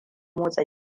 motsa